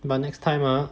but next time ah